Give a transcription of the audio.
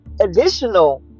additional